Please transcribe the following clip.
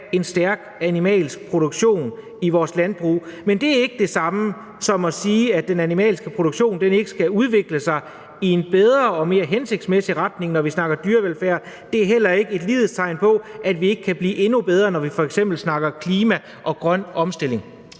vi har haft regeringsmagten. Men det er ikke det samme som at sige, at den animalske produktion ikke skal udvikle sig i en bedre og mere hensigtsmæssig retning, når vi snakker dyrevelfærd. Det er heller ikke et lighedstegn, der betyder, at vi ikke kan blive endnu bedre, når vi f.eks. snakker klima og grøn omstilling.